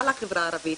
על החברה הערבית,